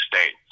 states